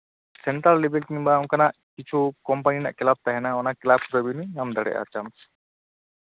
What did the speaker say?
central ᱞᱮᱵᱮᱞ ᱵᱟ ᱚᱱᱠᱟᱱᱟᱜ ᱠᱤᱪᱷᱩ ᱠᱳᱢᱯᱟᱱᱤ ᱨᱮᱱᱟᱜ ᱠᱮᱞᱟᱵᱽ ᱛᱟᱦᱮᱱᱟ ᱚᱱᱟ ᱠᱮᱞᱟᱵᱽ ᱨᱮᱦᱚᱸ ᱵᱤᱱ ᱧᱟᱢ ᱫᱟᱲᱮᱭᱟᱜᱼᱟ ᱪᱟᱱᱥ